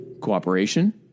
Cooperation